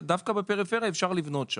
דווקא בפריפריה, שם אפשר לבנות.